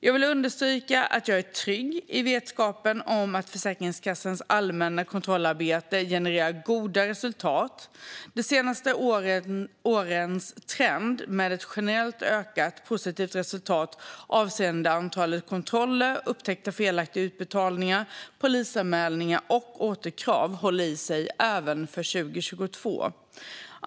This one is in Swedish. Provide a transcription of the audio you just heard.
Jag vill understryka att jag är trygg i vetskapen om att Försäkringskassans allmänna kontrollarbete genererar goda resultat. De senaste årens trend med ett generellt ökat positivt resultat avseende antalet kontroller, upptäckta felaktiga utbetalningar, polisanmälningar och återkrav håller i sig även för 2022.